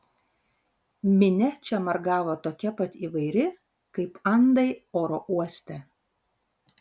minia čia margavo tokia pat įvairi kaip andai oro uoste